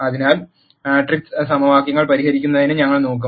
അതിനാൽ മാട്രിക്സ് സമവാക്യങ്ങൾ പരിഹരിക്കുന്നതിന് ഞങ്ങൾ നോക്കും